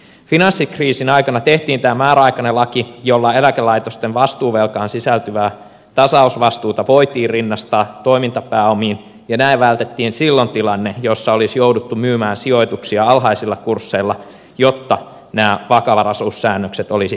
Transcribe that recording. finanssikriisin aikana tehtiin tämä määräaikainen laki jolla eläkelaitosten vastuuvelkaan sisältyvää tasausvastuuta voitiin rinnastaa toimintapääomiin ja näin vältettiin silloin tilanne jossa olisi jouduttu myymään sijoituksia alhaisilla kursseilla jotta nämä vakavaraisuussäännökset olisi täytetty